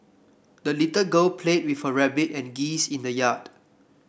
the little girl played with her rabbit and geese in the yard